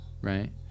Right